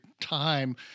time